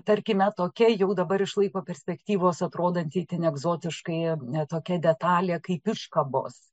tarkime tokia jau dabar išlaiko perspektyvos atrodanti itin egzotiškai tokia detalė kaip iškabos